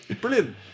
Brilliant